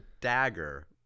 dagger